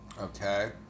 Okay